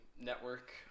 network